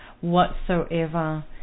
whatsoever